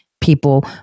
people